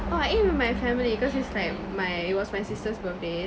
oh I ate with my family because it's like my it was my sister's birthday